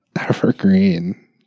Evergreen